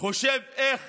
חושב איך